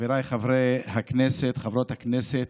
חבריי חברי הכנסת, חברות הכנסת,